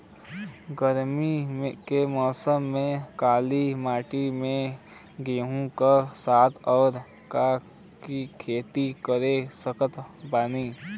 गरमी के मौसम में काली माटी में गेहूँ के साथ और का के खेती कर सकत बानी?